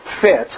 fit